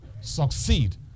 succeed